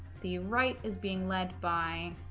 the right is being led by